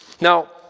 Now